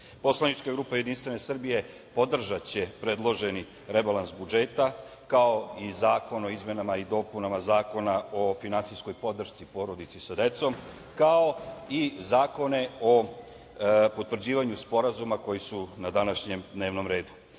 poslanička grupa JS podržaće predloženi rebalans budžeta, kao i zakon o izmenama i dopunama Zakona o finansijskoj podršci porodici sa decom, kao i zakone o potvrđivanju sporazuma koji su na današnjem dnevnom redu. Kao